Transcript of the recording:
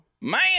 Man